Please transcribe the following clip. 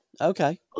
Okay